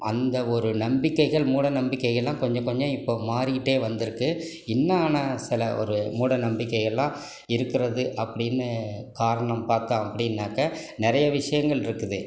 அந்த ஒரு நம்பிக்கைகள் மூடநம்பிக்கைகள்லாம் கொஞ்சம் கொஞ்சம் இப்போது மாறிக்கிட்டே வந்திருக்கு இன்னும் ஆனால் சில ஒரு மூடநம்பிக்கைலாம் இருக்கிறது அப்படின்னு காரணம் பார்த்தா அப்படின்னாக்கா நிறைய விஷயங்கள் இருக்குது